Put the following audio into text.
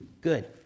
Good